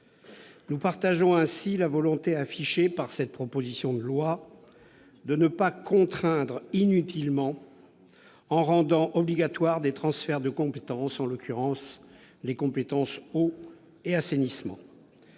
Nous partageons ainsi la volonté affichée par les auteurs de cette proposition de loi de ne pas les contraindre inutilement en rendant obligatoires des transferts de compétences, en l'occurrence les compétences « eau » et « assainissement